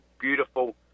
beautiful